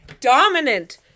dominant